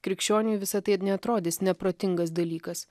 krikščioniui visa tai ir neatrodys neprotingas dalykas